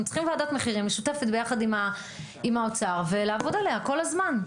אתם צריכים ועדת מחירים משותפת ביחד עם האוצר ולעבוד עליה כל הזמן.